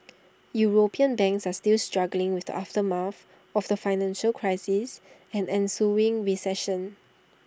european banks are still struggling with the aftermath of the financial crisis and ensuing recession